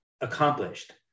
accomplished